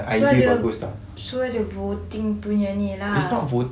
so ada so ada voting punya ni lah